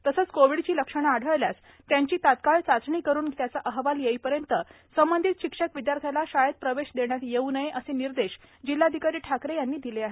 तसेच कोविडची लक्षणे आढळल्यास त्याची तात्काळ चाचणी करुन घेण्याचे आणि त्याचा अहवाल येईपर्यंत संबंधित शिक्षक विदयार्थ्याला शाळेत प्रवेश देण्यात येऊ नये असे निर्देश जिल्हाधिकारी ठाकरे यांनी दिले आहेत